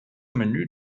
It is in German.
menü